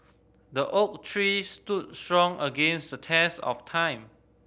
the oak tree stood strong against the test of time